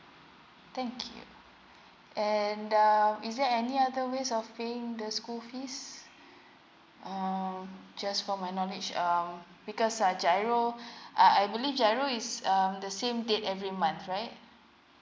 thank you and uh is there any other ways of paying the school fees um just for my knowledge um because uh G_I_R_O uh I believe G_I_R_O is um the same date every month right